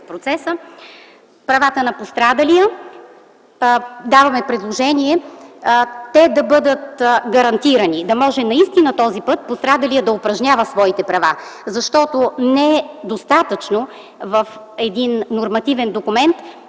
процеса – правата на пострадалия. Даваме предложение те да бъдат гарантирани, да може наистина този път пострадалият да упражнява своите права, защото не е достатъчно в един нормативен документ